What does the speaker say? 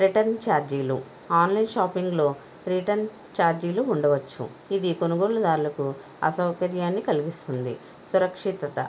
return ఛార్జీలు online షాపింగ్లో return ఛార్జీలు ఉండవచ్చు ఇది కొనుగోలుదారులకు అసౌకర్యాన్ని కలిగిస్తుంది సురక్షిత